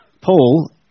Paul